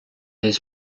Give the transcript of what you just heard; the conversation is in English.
his